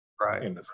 right